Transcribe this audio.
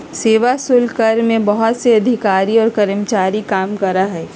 सेवा शुल्क कर में बहुत से अधिकारी और कर्मचारी काम करा हई